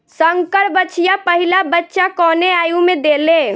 संकर बछिया पहिला बच्चा कवने आयु में देले?